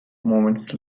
moments